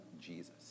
Jesus